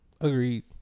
Agreed